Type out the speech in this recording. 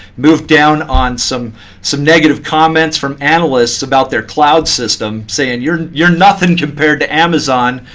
moved down on some some negative comments from analysts about their cloud system, saying, you're you're nothing compared to amazon,